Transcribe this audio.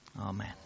Amen